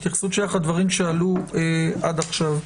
התייחסות שלך לדברים שעלו עד עכשיו,